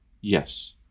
Yes